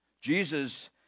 Jesus